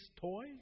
toy